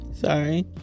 sorry